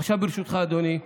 עכשיו, ברשותך, אדוני,